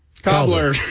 Cobbler